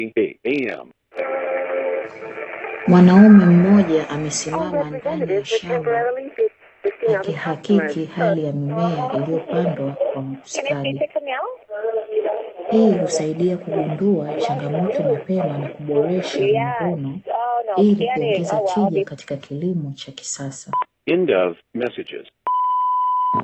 Mwanaume mmoja amesimama ndani ya shamba akihakiki hali ya mimea iliyopandwa kwa ustadi, hii husaidia kugundua changamoto mapema na kuboresha mavuno, ili kuongeza tija katika kilimo cha kisasa.